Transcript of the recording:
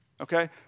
Okay